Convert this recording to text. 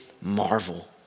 marvel